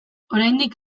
oraindik